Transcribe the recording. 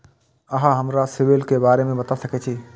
अहाँ हमरा सिबिल के बारे में बता सके छी?